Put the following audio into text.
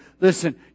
Listen